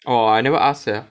oh I never ask sia